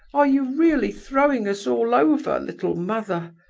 are you really throwing us all over, little mother?